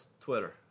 Twitter